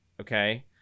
okay